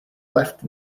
left